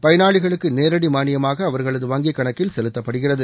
பயனாளிகளுக்கு நேரடி மானியமாக அவர்களது வங்கி கணக்கில் செலுத்தப்படுகிறது